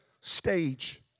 stage